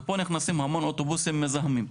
ופה נכנסים המון אוטובוסים מזהמים,